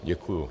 Děkuju.